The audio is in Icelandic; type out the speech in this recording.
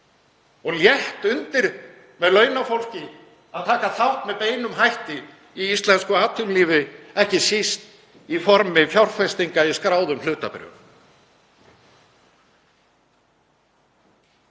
og létt undir með launafólki að taka með beinum hætti þátt í íslensku atvinnulífi, ekki síst í formi fjárfestinga í skráðum hlutabréfum.